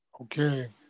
Okay